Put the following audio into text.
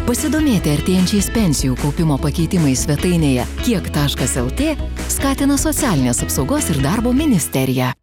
pasidomėti artėjančiais pensijų kaupimo pakeitimais svetainėje kiek taškas lt skatina socialinės apsaugos ir darbo ministerija